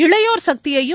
இளையோர் சக்தியையும்